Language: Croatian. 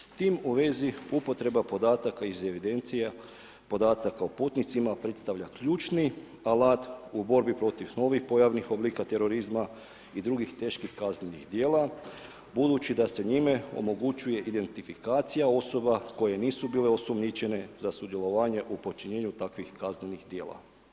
S tim u vezi, upotreba podataka iz evidencija podataka o putnicima predstavlja ključni alat u borbi protiv novih pojavnih oblija terorizma i drugih teških kaznenih djela, budući da se njime omogućuje identifikacija osoba koje nisu bile osumnjičene za sudjelovanje u počinjenju takvih kaznenih djela.